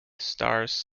stars